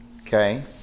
Okay